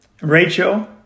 Rachel